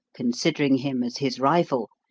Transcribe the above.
considering him as his rival,